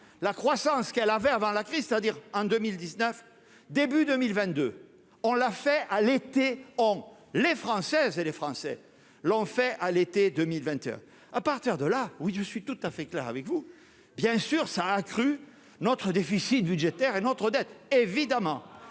la croissance qu'elle avait avant la crise, c'est-à-dire en 2019 début 2022, on l'a fait à l'été, or les Françaises et les Français l'ont fait à l'été 2021 à partir de là, oui, je suis tout à fait clair avec vous, bien sûr, ça a accru notre déficit budgétaire et notre dette évidemment